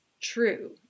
true